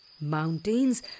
Mountains